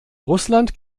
russland